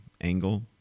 angle